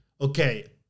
Okay